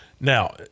now